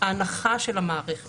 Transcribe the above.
ההנחה של המערכת